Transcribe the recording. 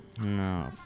No